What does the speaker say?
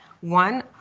one